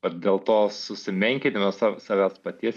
vat dėl to susimenkinimas savęs paties